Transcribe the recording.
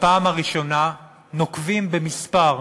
בפעם הראשונה, נוקבים במספר.